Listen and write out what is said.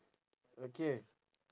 okay